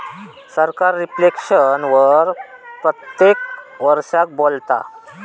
सरकार रिफ्लेक्शन वर प्रत्येक वरसाक बोलता